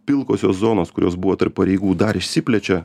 pilkosios zonos kurios buvo tarp pareigų dar išsiplečia